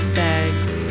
bags